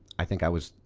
i think i was.